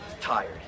tired